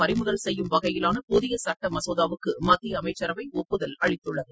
பறிமுதல் செய்யும் வகையிலான புதிய சட்ட மசோதாவுக்கு மத்திய அமைச்சரவை ஒப்புதல் அளித்துள்ளது